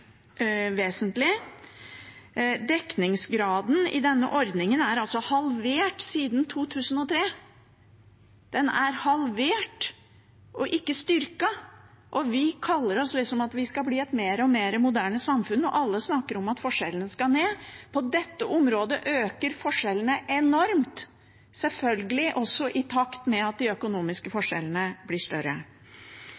vesentlig. Dekningsgraden i denne ordningen er altså halvert siden 2003. Den er halvert og ikke styrket. Vi skal liksom bli et mer og mer moderne samfunn, og alle snakker om at forskjellene skal ned. På dette området øker forskjellene enormt, selvfølgelig også i takt med at de økonomiske forskjellene blir større. Her er det behov for